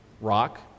rock